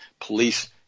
police